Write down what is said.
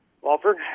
Walford